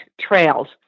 trails